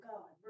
God